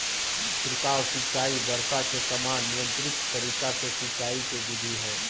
छिड़काव सिंचाई वर्षा के समान नियंत्रित तरीका से सिंचाई के विधि हई